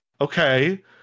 okay